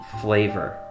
flavor